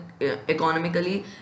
economically